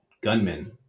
gunmen